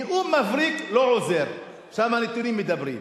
נאום מבריק לא עוזר, שם הנתונים מדברים.